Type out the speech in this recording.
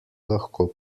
lahko